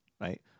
right